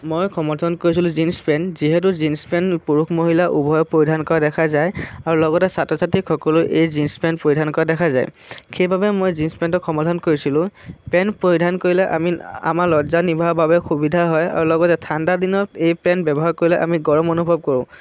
মই সমৰ্থন কৰিছিলোঁ জীনছ পেন্ট যিহেতু জীনছ পেণ্ট পুৰুষ মহিলা উভয়ে পৰিধান কৰা দেখা যায় আৰু লগতে ছাত্ৰ ছাত্ৰীসকলো এই জীনছ পেণ্ট পৰিধান কৰা দেখা যায় সেইবাবে মই জীন্ছ পেণ্টক সমৰ্থন কৰিছিলোঁ পেণ্ট পৰিধান কৰিলে আমি আমাৰ লজ্জা নিৰ্বাহৰ বাবে সুবিধা হয় আৰু লগতে ঠাণ্ডা দিনত এই পেণ্ট ব্যৱহাৰ কৰিলে আমি গৰম অনুভৱ কৰোঁ